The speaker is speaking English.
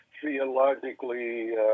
theologically